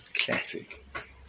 Classic